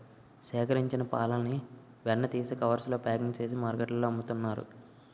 సేకరించిన పాలని వెన్న తీసి కవర్స్ లో ప్యాకింగ్ చేసి మార్కెట్లో అమ్ముతున్నారు